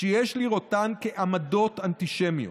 שיש לראותן כעמדות אנטישמיות.